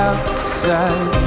Outside